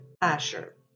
Asher